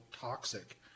toxic